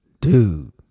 Dude